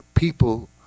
People